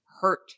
hurt